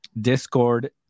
Discord